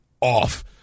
off